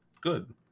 Good